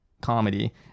comedy